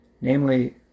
Namely